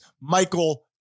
Michael